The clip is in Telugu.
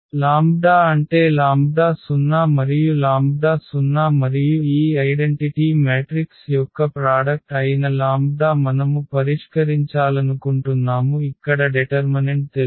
లాంబ్డా అంటే లాంబ్డా 0 మరియు లాంబ్డా 0 మరియు ఈ ఐడెంటిటీ మ్యాట్రిక్స్ యొక్క ప్రాడక్ట్ అయిన లాంబ్డా మనము పరిష్కరించాలనుకుంటున్నాము ఇక్కడ డెటర్మనెంట్ తెలుసు